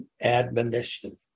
admonition